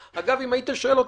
אם היית שואל אותי,